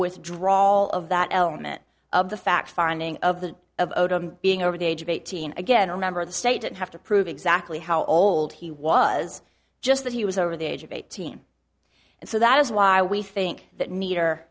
withdrawal of that element of the fact finding of the of being over the age of eighteen again remember the state didn't have to prove exactly how old he was just that he was over the age of eighteen and so that is why we think that meter